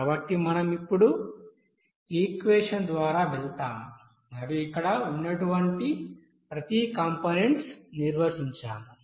కాబట్టి మనం ఇప్పుడు ఈక్వెషన్ ద్వారా వెళ్తాము మరియు ఇక్కడ ఉన్నటువంటి ప్రతి కంపోనెంట్స్ నిర్వచించాము